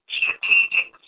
strategic